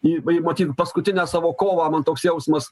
į matyt paskutinę savo kovą man toks jausmas